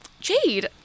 Jade